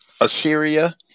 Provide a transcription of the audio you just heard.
Assyria